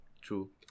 true